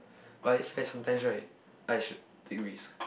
but in fact sometimes right I should take risk